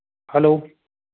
hello